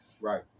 Right